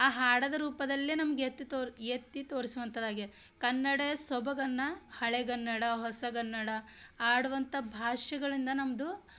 ಆ ಹಾಡೋದ್ ರೂಪದಲ್ಲೇ ನಮ್ಗೆ ಎತ್ತಿ ತೋರಿ ಎತ್ತಿ ತೋರಿಸುವಂಥದ್ದಾಗ್ಯಾ ಕನ್ನಡ ಸೊಬಗನ್ನು ಹಳೆಗನ್ನಡ ಹೊಸಗನ್ನಡ ಆಡುವಂಥ ಭಾಷೆಗಳಿಂದ ನಮ್ಮದು